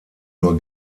nur